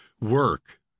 work